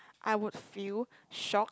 I would feel shock